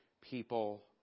people